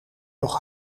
nog